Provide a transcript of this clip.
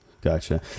Gotcha